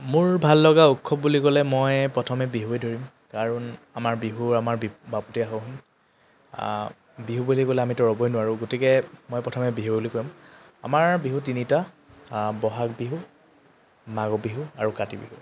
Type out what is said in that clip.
মোৰ ভাল লগা উৎসৱ বুলি ক'লে মই প্ৰথমে বিহুৱে ধৰিম কাৰণ আমাৰ বিহুৰ আমাৰ বি বাপতি সাহন বিহু বুলি ক'লে আমিতো ৰ'বই নোৱাৰোঁ গতিকে মই প্ৰথমে বিহু বুলি ক'ম আমাৰ বিহু তিনিটা বহাগ বিহু মাঘ বিহু আৰু কাতি বিহু